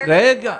דיון.